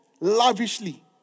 lavishly